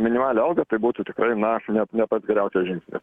minimalią algą tai būtų tikrai na ne ne pats geriausias žingsnis